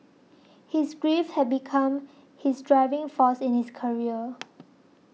his grief had become his driving force in his career